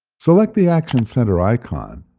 select the action center icon,